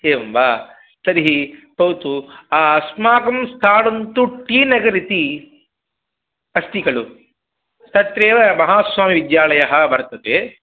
एवं वा तर्हि भवतु अस्माकं स्थानन्तु टी नगर् इति अस्ति खलु तत्रेव महास्वामिविद्यालयः वर्तते